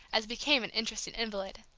as became an interesting invalid.